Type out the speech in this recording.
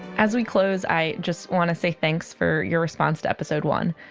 as we close i just wanna say thanks for your response to episode one.